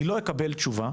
אני לא אקבל תשובה